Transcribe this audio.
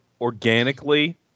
organically